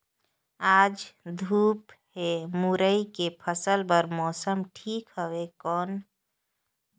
आज धूप हे मुरई के फसल बार मौसम ठीक हवय कौन?